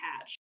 patch